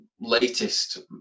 latest